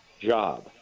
job